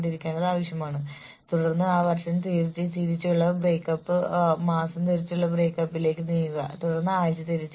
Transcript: ജീവനക്കാർ കഴിയുന്നത്ര ധാർമ്മികമായി പ്രവർത്തിക്കേണ്ടതുണ്ടെന്ന വിശ്വാസം നിരന്തരം ശക്തിപ്പെടുത്താൻ ഇത് സഹായിക്കുന്നു